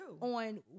on